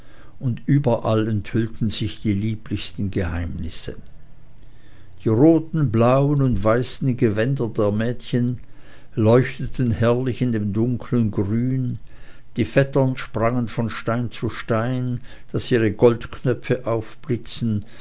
und überall enthüllten sich die lieblichsten geheimnisse die roten blauen und weißen gewänder der mädchen leuchteten herrlich in dem dunklen grün die vettern sprangen von stein zu stein daß ihre goldknöpfe aufblitzten